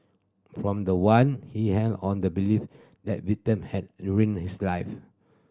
from the one he held on the belief that victim had ruined his life